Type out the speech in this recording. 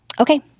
Okay